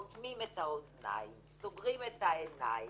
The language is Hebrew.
אוטמים את האוזניים, סוגרים את העיניים.